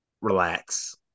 relax